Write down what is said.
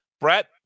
Brett